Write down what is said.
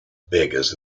beggars